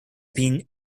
been